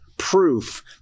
proof